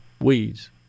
weeds